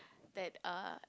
that uh